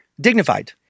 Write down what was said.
Dignified